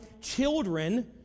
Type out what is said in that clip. children